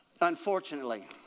Unfortunately